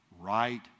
Right